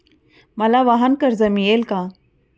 मला वाहनकर्ज मिळेल का?